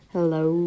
Hello